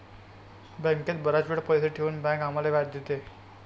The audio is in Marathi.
बँकेत बराच वेळ पैसे ठेवून बँक आम्हाला व्याज देते